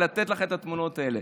לתת לך את התמונות האלה.